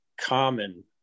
common